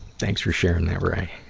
thanks for sharing that, ray.